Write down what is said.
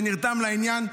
שנרתם לעניין.